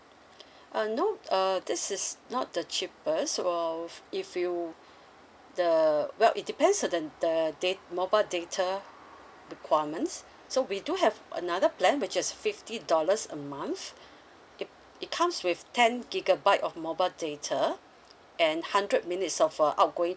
uh no uh this is not the cheapest well if you the well it depends on the the dat~ mobile data requirements so we do have another plan which is fifty dollars a month it it comes with ten gigabyte of mobile data and hundred minutes of uh outgoing